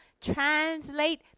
translate